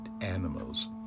animals